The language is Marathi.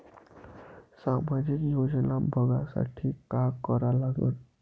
सामाजिक योजना बघासाठी का करा लागन?